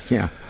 yeah.